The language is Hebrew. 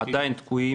שעדיין תקועים.